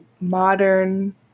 modern